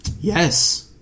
Yes